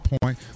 Point